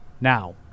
now